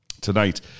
Tonight